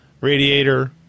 radiator